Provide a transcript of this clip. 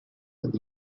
with